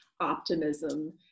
optimism